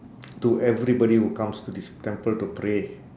to everybody who comes to this temple to pray